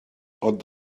ond